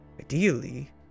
ideally